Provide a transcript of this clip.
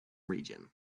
region